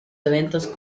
eventos